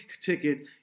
ticket